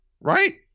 Right